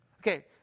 Okay